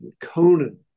Conan